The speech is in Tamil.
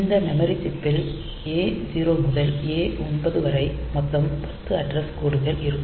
இந்த மெமரி சிப்பில் A0 முதல் A9 வரை மொத்தம் 10 அட்ரஸ் கோடுகள் இருக்கும்